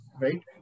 right